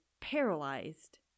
paralyzed